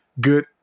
good